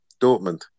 Dortmund